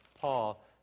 Paul